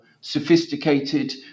sophisticated